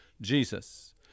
Jesus